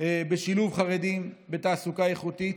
בשילוב חרדים בתעסוקה איכותית,